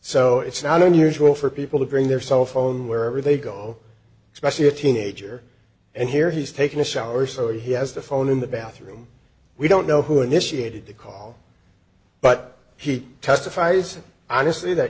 so it's not unusual for people to bring their cell phone wherever they go especially a teenager and here he's taking a shower so he has the phone in the bathroom we don't know who initiated the call but he testifies honestly that